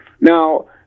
Now